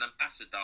ambassador